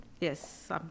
yes